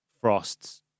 frosts